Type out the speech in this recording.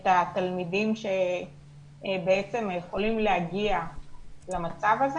את התלמידים שבעצם יכולים להגיע למצב הזה